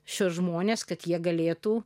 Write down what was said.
šiuos žmones kad jie galėtų